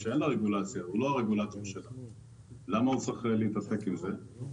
שאין עליה רגולציה, למה הוא צריך להתעסק עם זה?